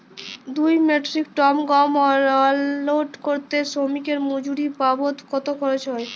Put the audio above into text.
দুই metric ton গম unload করতে শ্রমিক এর মজুরি বাবদ কত খরচ হয়?